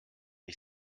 ich